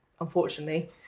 unfortunately